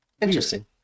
interesting